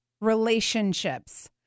relationships